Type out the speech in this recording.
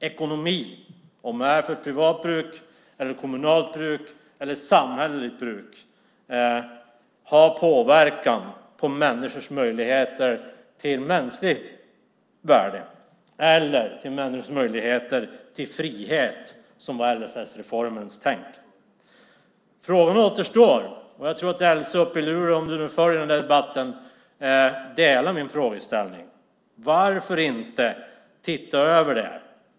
Ekonomi - för privat bruk, för kommunalt bruk eller samhälleligt bruk - har påverkan på människors möjligheter till mänskligt värde eller till människors möjligheter till frihet, som var LSS-reformens tänk. Frågan återstår, och jag tror att Elsy uppe i Luleå, om hon nu följer den här debatten, delar min frågeställning. Varför inte titta över det här?